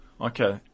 Okay